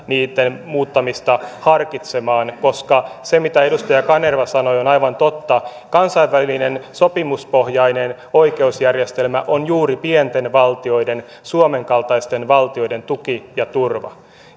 niitten muuttamista harkitsemaan koska se mitä edustaja kanerva sanoi on aivan totta kansainvälinen sopimuspohjainen oikeusjärjestelmä on juuri pienten valtioiden suomen kaltaisten valtioiden tuki ja turva